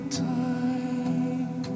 time